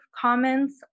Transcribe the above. comments